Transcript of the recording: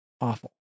awful